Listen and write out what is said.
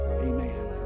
amen